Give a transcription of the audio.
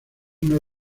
una